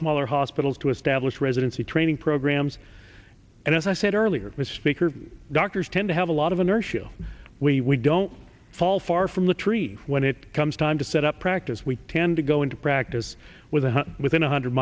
smaller hospitals to establish residency training programs and as i said earlier mistake or doctors tend to have a lot of inertia we don't fall far from the tree when it comes time to set up practice we tend to go into practice with within one hundred